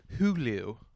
Hulu